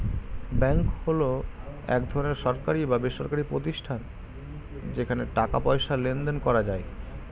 bank হলো এক ধরনের সরকারি বা বেসরকারি প্রতিষ্ঠান যেখানে টাকা পয়সার লেনদেন করা যায়